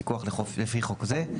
לפיקוח לפי חוק זה,